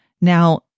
Now